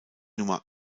nummer